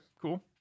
cool